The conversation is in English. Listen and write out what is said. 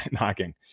knocking